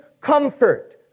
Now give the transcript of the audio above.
comfort